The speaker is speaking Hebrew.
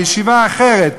בישיבה אחרת,